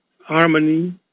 harmony